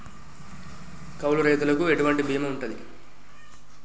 కౌలు రైతులకు ఎటువంటి బీమా ఉంటది?